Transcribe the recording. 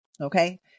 Okay